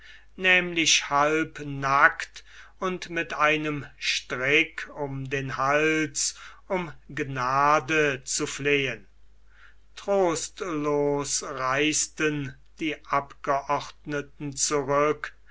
nämlich halb nackt und mit einem strick um den hals um gnade zu flehen trostlos reisten die abgeordneten zurück